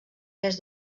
tres